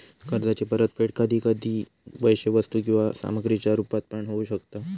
कर्जाची परतफेड कधी कधी पैशे वस्तू किंवा सामग्रीच्या रुपात पण होऊ शकता